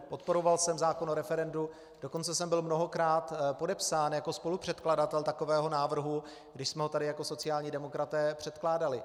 Podporoval jsem zákon o referendu, dokonce jsem byl mnohokrát podepsán jako spolupředkladatel takového návrhu, když jsme ho tady jako sociální demokraté předkládali.